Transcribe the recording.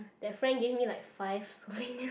that friend gave me like five souvenirs